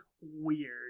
weird